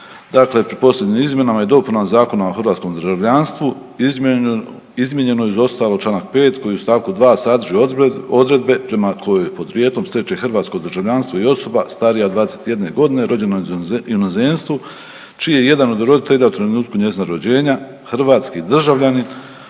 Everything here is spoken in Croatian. dakle pri posljednjim izmjenama i dopunama Zakona o hrvatskom državljanstvu izmijenjeno je uz ostalo čl. 5. koji u st. 2. sadrži odredbe prema kojoj podrijetlo stječe hrvatsko državljanstvo i osoba starija od 21 godine rođena u inozemstvu čiji je jedan od roditelja u trenutku njezina rođenja hrvatski državljanin